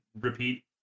repeat